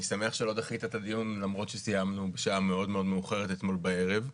אני שמח שלא דחית את הדיון למרות שסיימנו בשעה מאוד מאוחרת אתמול בערב.